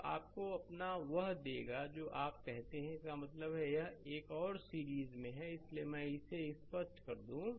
तो यह आपको अपना वह देगा जो आप कहते हैं कि इसका मतलब है यह एक और यह एक सीरीज में हैं इसलिए मैं इसे स्पष्ट कर दूं